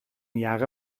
jahre